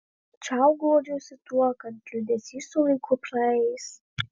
čiau guodžiausi tuo kad liūdesys su laiku praeis